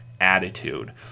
attitude